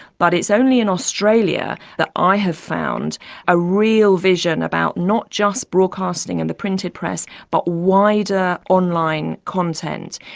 but it's only in australia that i have found a real vision about not just broadcasting and the printed press but wider online content.